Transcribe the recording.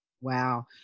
Wow